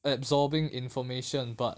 absorbing information but